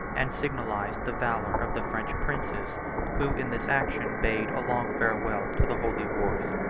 and signalized the valor of the french princes who in this action bade a long farewell to the holy wars.